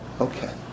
Okay